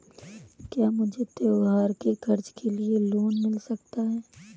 क्या मुझे त्योहार के खर्च के लिए लोन मिल सकता है?